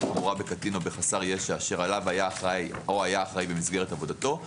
בקטין או בחסר ישע או שעליו היה אחראי במסגרת עבודתו,